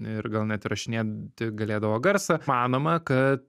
ir gal net įrašinėti galėdavo garsą manoma kad